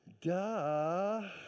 Duh